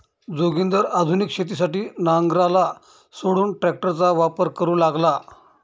जोगिंदर आधुनिक शेतीसाठी नांगराला सोडून ट्रॅक्टरचा वापर करू लागला